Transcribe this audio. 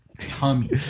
tummy